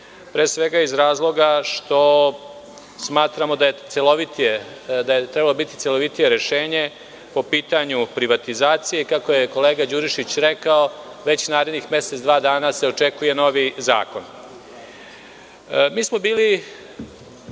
pre svega iz razloga što smatramo da je trebalo biti celovitije rešenje po pitanju privatizacije. Kako je kolega Đurišić rekao, već za narednih mesec-dva dana se očekuje novi zakon. Bili